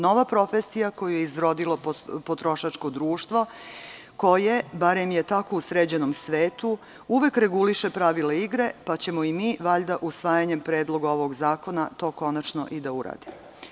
Nova profesija koju je izrodilo potrošačko društvo koje, barem je tako u sređenom svetu, uvek reguliše pravila igre, pa ćemo i mi valjda usvajanjem predloga ovog zakona, to konačno i da uradimo.